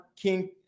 King